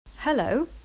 Hello